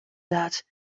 that